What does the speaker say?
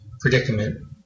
predicament